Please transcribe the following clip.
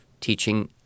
teaching